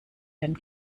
den